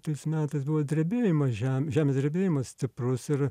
tais metais buvo drebėjimas žem žemės drebėjimas stiprus ir